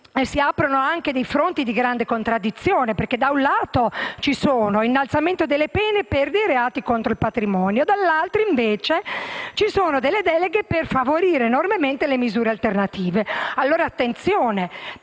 si aprono anche fronti di grande contraddizione. Da un lato c'è l'innalzamento delle pene per dei reati contro il patrimonio e dall'altro ci sono deleghe per favorire enormemente le misure alternative alla detenzione.